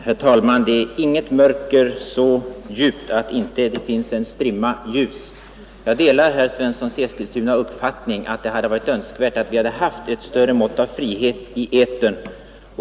Herr talman! Intet mörker är så djupt att det inte finns en strimma av ljus. Jag delar herr Svenssons i Eskilstuna uppfattning att det hade varit önskvärt med ett större mått av frihet i etern.